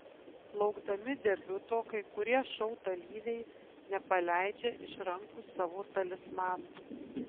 laukdami debiuto kai kurie šou dalyviai nepaleidžia iš rankų savo talismanų